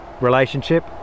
relationship